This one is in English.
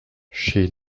she